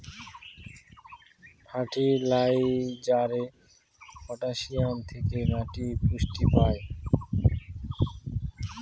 ফার্টিলাইজারে পটাসিয়াম থেকে মাটি পুষ্টি পায়